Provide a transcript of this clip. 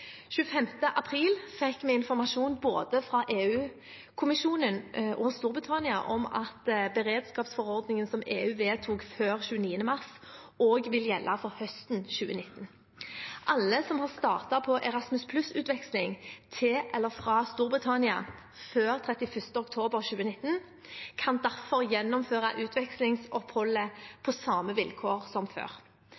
april fikk vi informasjon fra både EU-kommisjonen og Storbritannia om at beredskapsforordningen som EU vedtok før 29. mars, også vil gjelde for høsten 2019. Alle som har startet på Erasmus+-utveksling til eller fra Storbritannia før 31. oktober 2019, kan derfor gjennomføre utvekslingsoppholdet